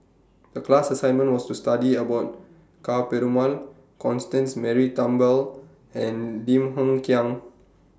The class assignment was to study about Ka Perumal Constance Mary Turnbull and Lim Hng Kiang